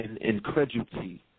incredulity